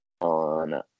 on